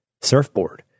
surfboard